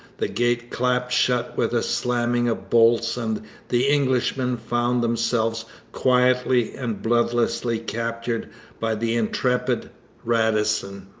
the gates clapped shut with a slamming of bolts, and the englishmen found themselves quietly and bloodlessly captured by the intrepid radisson.